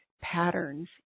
patterns